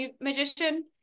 magician